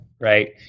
right